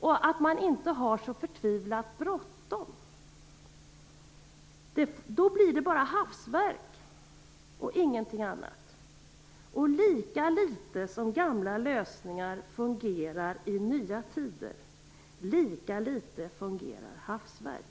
Man borde inte ha så förtvivlat bråttom. Då blir det bara hafsverk och ingenting annat. Lika litet som gamla lösningar fungerar i nya tider, lika litet fungerar hafsverk.